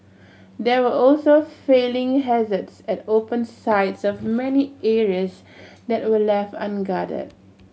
there were also falling hazards at open sides of many areas that were left unguarded